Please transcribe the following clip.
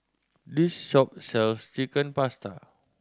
this shop sells Chicken Pasta